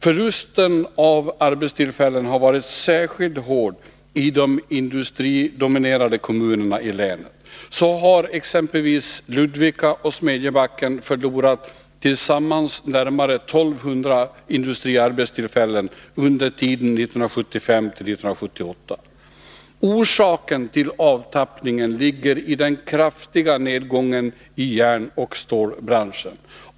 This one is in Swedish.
Förlusten av arbetstillfällen har varit särskilt hård i de industridominerade kommunerna i länet. Så har exempelvis Ludvika och Smedjebacken förlorat tillsammans närmare 1 200 industriarbetstillfällen under tiden 1975-1978. Orsaken till avtappningen ligger i den kraftiga nedgången i järnoch stålbranschen.